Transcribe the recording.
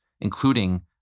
including